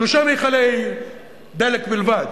שלושה מכלי דלק בלבד,